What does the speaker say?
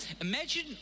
imagine